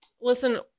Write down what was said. Listen